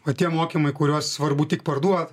va tie mokymai kuriuos svarbu tik parduot